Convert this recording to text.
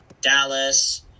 Dallas